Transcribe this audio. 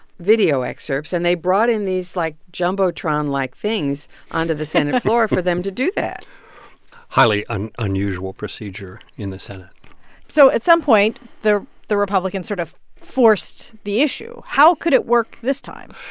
video excerpts. and they brought in these, like, jumbotron-like things onto the senate floor for them to do that highly and unusual procedure in the senate so at some point, the the republicans sort of forced the issue. how could it work this time?